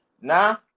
now